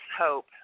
hope